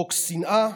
חוק שנאה.